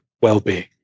well-being